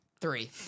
three